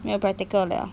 没有 practical ah